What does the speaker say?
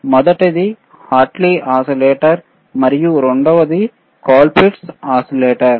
మొదటిది Hartley oscillator మరియు రెండవది కోల్పిట్స్ ఓసిలేటర్